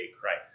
Christ